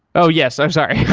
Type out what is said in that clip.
oh, yes. i'm sorry.